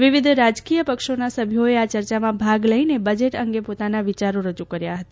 વિવિધ રાજકીય પક્ષોના સભ્યોએ આ ચર્ચામાં ભાગ લઇને બજેટ અંગે પોતાના વિયારો રજુ કર્યા હતા